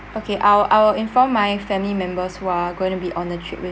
okay I'll I'll inform my family members who are going to be on the trip